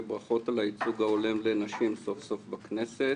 וברכות על הייצוג ההולם בנשים סוף סוף בכנסת.